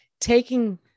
taking